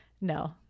no